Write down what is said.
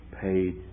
paid